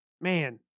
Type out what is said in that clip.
man